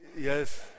yes